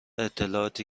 اطلاعاتی